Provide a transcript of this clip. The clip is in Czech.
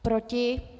Proti?